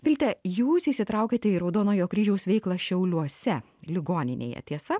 vilte jūs įsitraukėte į raudonojo kryžiaus veiklą šiauliuose ligoninėje tiesa